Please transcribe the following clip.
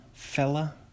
Fella